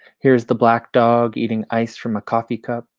here's the black dog eating ice from a coffee cup.